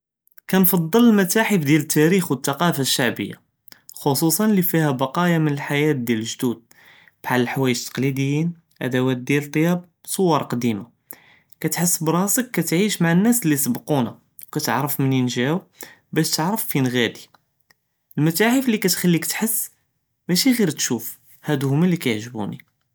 כנפדל למתאחף דיאל לתאריח ו לתקַּאפָה לשַׁעְבִּיַה ח׳וסוסא לי פִיהָא לבְּקָאְיַא מן לחְיַאה דיאל גְ׳דוּדְנָא, בהאל לחוָאיְג לתקלידִיִּין לאַדוַאת דיאל לְטִיַאבְּ ו לצוַּור לקדִימָה, תְחַס בִּראסכּ כִּתְעִישׁ מעא לנאס לי סבְקוּנָא ו כִּתְעְרַף מןִין גָ׳או בּאש תְעְרַף פִין ע׳אדִין, למתאחף לי כִּתְחַלִיכּ תְחַס מאשי עְ׳יר תשׁוּף האדו הוּמָא לכִּיעְגְ׳בוּנִי.